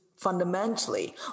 Fundamentally